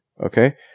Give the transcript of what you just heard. okay